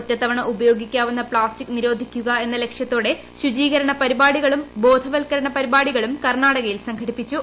ഒറ്റത്തവണ ഉപയോഗിക്കാവുന്ന പ്പാസ്റ്റിക് നിരോധിക്കുക എന്ന ലക്ഷ്യത്തോടെ ശുചീകരണ പരിപാടികളും ബോധവൽക്കരണ പരിപാടികളും കർണാടകയിൽ സംഘടിപ്പിച്ചു